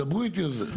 דברו איתי על זה.